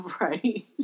Right